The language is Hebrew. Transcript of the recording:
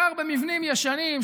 הוא גר במבנים ישנים,